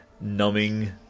numbing